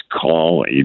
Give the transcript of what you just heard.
call